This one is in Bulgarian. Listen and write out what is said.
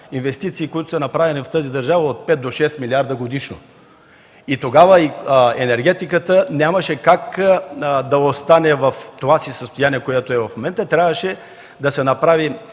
инвестиции, които са направени в тази държава от пет до шест милиарда годишно. Тогава енергетиката нямаше как да остане в това си състояние, което е в момента, трябваше да се направи